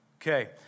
Okay